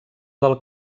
del